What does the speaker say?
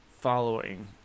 following